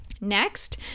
Next